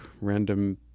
random